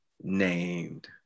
named